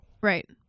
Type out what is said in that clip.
Right